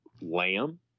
lamb